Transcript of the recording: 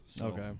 Okay